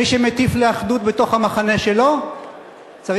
מי שמטיף לאחדות בתוך המחנה שלו צריך